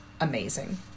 amazing